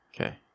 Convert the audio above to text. Okay